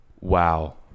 Wow